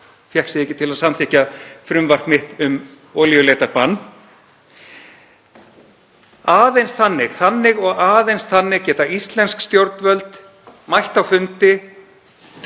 fékk sig ekki til að samþykkja frumvarp mitt um olíuleitarbann síðastliðið vor. Þannig og aðeins þannig geta íslensk stjórnvöld mætt á fundi